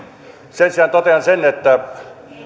sen sijaan totean sen että